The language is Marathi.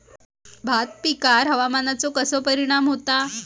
भात पिकांर हवामानाचो कसो परिणाम होता?